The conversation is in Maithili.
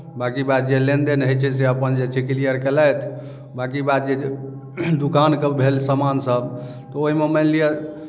बाँकी बात जे लेन देन होइ छै से अपन जे छै क्लियर कयलथि बाँकी बात जे दोकानके भेल सामानसभ तऽ ओहिमे मानि लिअ